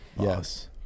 yes